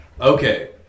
Okay